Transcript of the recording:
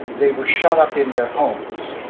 they were shut up in their homes,